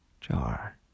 jar